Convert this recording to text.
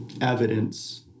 evidence